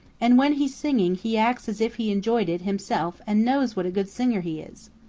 and when he's singing he acts as if he enjoyed it himself and knows what a good singer he is.